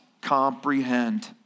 comprehend